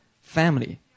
family